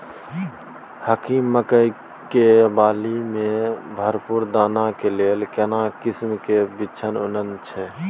हाकीम मकई के बाली में भरपूर दाना के लेल केना किस्म के बिछन उन्नत छैय?